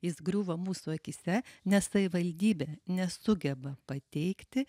jis griūva mūsų akyse nes savivaldybė nesugeba pateikti